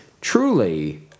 truly